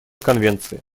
конвенции